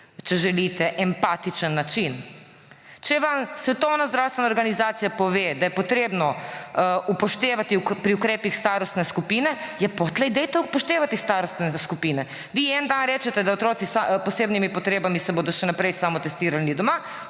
če želite, empatičen način. Če vam Svetovna zdravstvena organizacija pove, da je potrebno upoštevati pri ukrepih starostne skupine, ja, potlej dajte upoštevati starostne skupine. Vi en dan rečete, da se bodo otroci s posebnimi potrebami še naprej samotestirali doma,